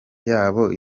yoba